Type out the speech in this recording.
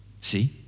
See